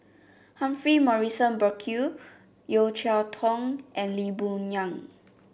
Humphrey Morrison Burkill Yeo Cheow Tong and Lee Boon Yang